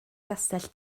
gastell